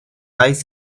ice